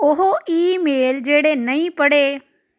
ਉਹ ਈਮੇਲ ਜਿਹੜੇ ਨਹੀਂ ਪੜ੍ਹੇ